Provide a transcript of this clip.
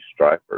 stripers